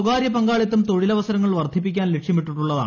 സ്വകാരൃ പങ്കാളിത്തം തൊഴിലവസരങ്ങൾ വർധിപ്പിക്കാൻ ലക്ഷ്യമിട്ടുള്ളതാണ്